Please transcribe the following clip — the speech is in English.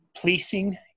policing